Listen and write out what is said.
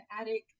attic